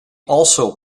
also